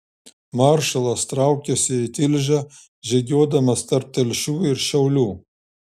maršalas traukėsi į tilžę žygiuodamas tarp telšių ir šiaulių